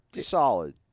solid